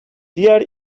diğer